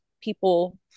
people